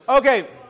Okay